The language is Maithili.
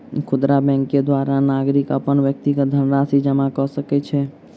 खुदरा बैंक के द्वारा नागरिक अपन व्यक्तिगत धनराशि जमा कय सकै छै